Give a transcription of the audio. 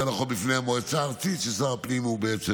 יותר נכון: בפני המועצה הארצית ששר הפנים הוא בעצם